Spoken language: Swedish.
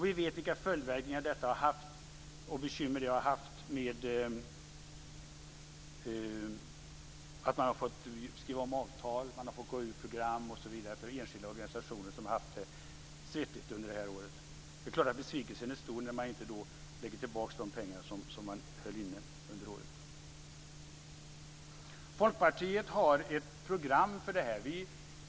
Vi vet vilka följdverkningar och bekymmer det har lett till för enskilda organisationer som har haft det svettigt under året med att skriva om avtal, att gå ur program osv. Det är klart att besvikelsen är stor när man inte lägger tillbaka pengar som hölls inne. Folkpartiet har ett program för detta.